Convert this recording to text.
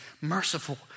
merciful